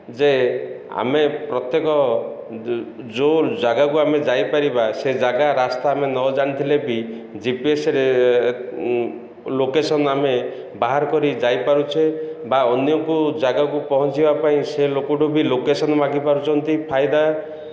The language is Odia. ଯେ ଆମେ ପ୍ରତ୍ୟେକ ଯେଉଁ ଜାଗାକୁ ଆମେ ଯାଇପାରିବା ସେ ଜାଗା ରାସ୍ତା ଆମେ ନ ଜାଣିଥିଲେ ବି ଜିପିଏସରେ ଲୋକେସନ୍ ଆମେ ବାହାର କରି ଯାଇପାରୁଛେ ବା ଅନ୍ୟକୁ ଜାଗାକୁ ପହଞ୍ଚିବା ପାଇଁ ସେ ଲୋକଠୁ ବି ଲୋକେସନ୍ ମାଗି ପାରୁଛନ୍ତି ଫାଇଦା